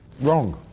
wrong